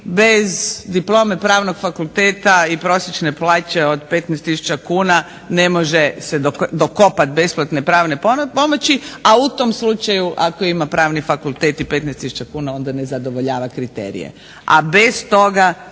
bez diplome pravnog fakulteta i prosječne plaće od 15 tisuća kuna ne može se dokopati besplatne pravne pomoći. A u tom slučaju ako ima pravni fakultet i 15 tisuća kuna onda ne zadovoljava kriterije, a bez toga